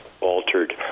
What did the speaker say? altered